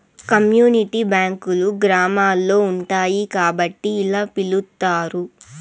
community బ్యాంకులు గ్రామాల్లో ఉంటాయి కాబట్టి ఇలా పిలుత్తారు